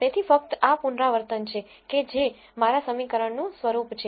તેથી ફક્ત આ પુનરાવર્તન છે કેજે મારા સમીકરણનું સ્વરૂપ છે